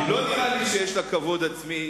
לא נראה לי שיש לה כבוד עצמי,